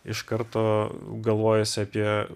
iš karto galvojas apie